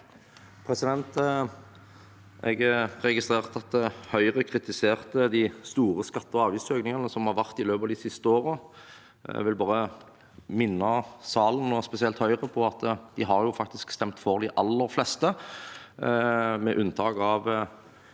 Jeg registrerte at Høyre kritiserte de store skatte- og avgiftsøkningene som har vært i løpet av de siste årene. Jeg vil bare minne salen, og spesielt Høyre, på at de faktisk har stemt for de aller fleste. Med unntak av